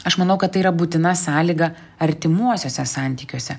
aš manau kad tai yra būtina sąlyga artimuosiuose santykiuose